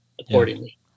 accordingly